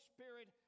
Spirit